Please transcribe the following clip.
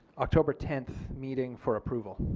october ten meeting for approval.